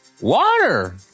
water